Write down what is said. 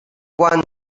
quan